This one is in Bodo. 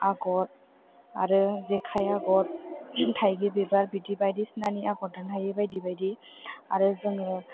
आगर आरो जेखाइ आगर थाइगिर बिबार बिदि बायदिसिनानि आगर दानो हायो बायदि बायदि आरो जोङो